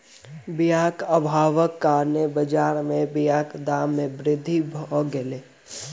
बीयाक अभावक कारणेँ बजार में बीयाक दाम में वृद्धि भअ गेल